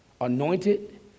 anointed